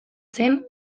zen